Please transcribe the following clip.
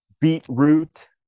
beetroot